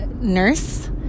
nurse